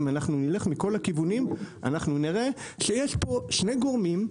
אם אנחנו נלך מכל הכיוונים אנחנו נראה שיש פה שני גורמים,